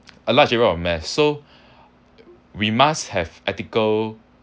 a large area of mass so we must have ethical